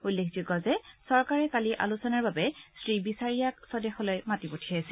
উল্লেখযোগ্য যে চৰকাৰে কালি আলোচনাৰ বাবে শ্ৰী বিচাৰিয়াক স্বদেশলৈ মাতি পঠিয়াইছিল